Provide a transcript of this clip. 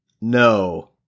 No